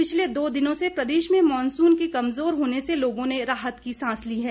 पिछले दो दिनों से प्रदेश में मॉनसून के कमजोर होने से लोगों ने राहत की सांस ली है